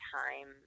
time